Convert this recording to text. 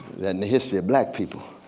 in the history of black people,